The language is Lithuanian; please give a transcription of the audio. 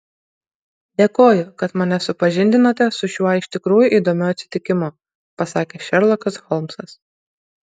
dėkoju kad mane supažindinote su šiuo iš tikrųjų įdomiu atsitikimu pasakė šerlokas holmsas